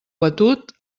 batut